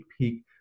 peek